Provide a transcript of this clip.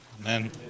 Amen